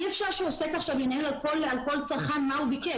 אי-אפשר שהעוסק עכשיו ינהל על כל צרכן מה הוא ביקש,